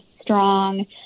strong